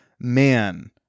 man